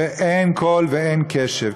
אין קול ואין קשב.